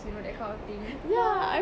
you know that kind of thing yeah